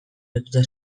lotuta